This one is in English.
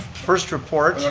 first report